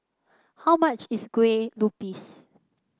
how much is Kueh Lupis